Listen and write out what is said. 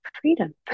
freedom